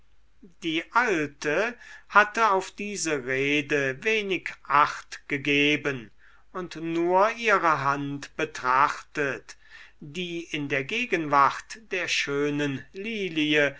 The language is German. die alte hatte auf diese rede wenig achtgegeben und nur ihre hand betrachtet die in der gegenwart der schönen lilie